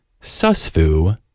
Susfu